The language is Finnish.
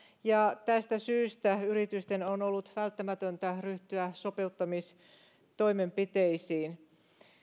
ja tästä syystä yritysten on ollut välttämätöntä ryhtyä sopeuttamistoimenpiteisiin